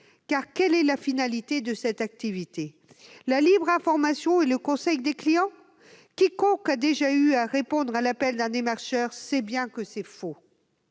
est en effet la finalité de cette activité ? La libre information et le conseil aux clients ? Quiconque a déjà eu à répondre à l'appel d'un démarcheur sait bien que c'est faux.